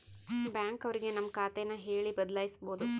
bank ಅವ್ರಿಗೆ ನಮ್ ಖಾತೆ ನ ಹೇಳಿ ಬದಲಾಯಿಸ್ಬೋದು